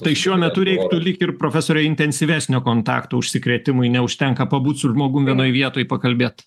tai šiuo metu reiktų lyg ir profesore intensyvesnio kontakto užsikrėtimui neužtenka pabūti su žmogum vienoj vietoj pakalbėt